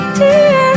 dear